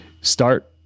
start